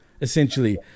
essentially